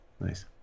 nice